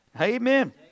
Amen